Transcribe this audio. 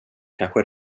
kanske